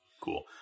Cool